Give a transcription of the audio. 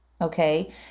Okay